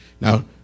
Now